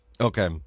Okay